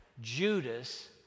Judas